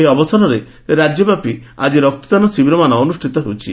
ଏହି ଅବସରରେ ରାଜ୍ୟବ୍ୟାପି ରକ୍ତଦାନ ଶିବିରମାନ ଅନୁଷିତ ହେଉଛି